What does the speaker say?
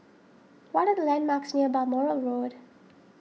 what are the landmarks near Balmoral Road